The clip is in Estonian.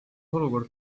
olukord